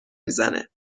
میزنم